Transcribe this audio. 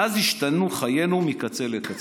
מאז השתנו חיינו מקצה לקצה.